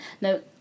no